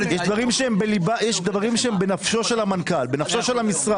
יש דברים שהם בנפשו של המשרד, בנפשו של המנכ"ל.